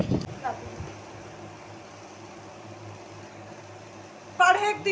गाय गोरु के पलई ले गोबर तो मिलना ही मिलना हे मइनसे मन ह ओखरे ले ही काहेच मुनाफा कमा सकत हे